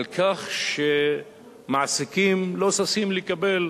על כך שמעסיקים לא ששים לקבל